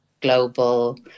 global